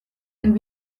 and